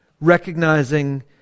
recognizing